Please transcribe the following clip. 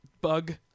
bug